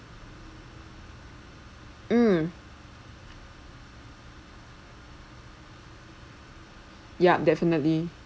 mm yup definitely